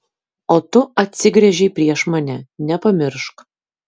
o tu atsigręžei prieš mane nepamiršk